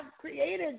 created